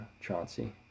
Chauncey